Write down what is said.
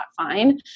fine